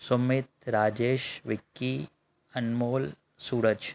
Sumit Rajesh Vicky Anmol Suraj